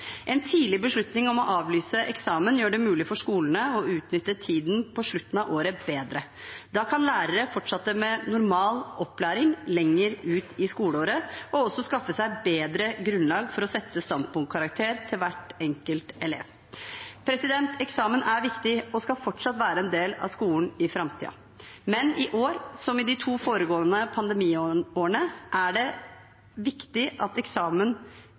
En tidlig beslutning om å avlyse eksamen gjør det mulig for skolene å utnytte tiden på slutten av året bedre. Da kan lærere fortsette med normal opplæring lenger ut i skoleåret og også skaffe seg bedre grunnlag for å sette standpunktkarakter til hver enkelt elev. Eksamen er viktig og skal fortsatt være en del av skolen i framtiden. Men i år, som i de to foregående pandemiårene, er det viktig at eksamen